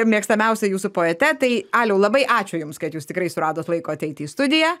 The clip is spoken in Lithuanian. mėgstamiausia jūsų poete tai aliau labai ačiū jums kad jūs tikrai suradot laiko ateiti į studiją